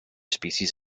species